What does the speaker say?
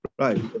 Right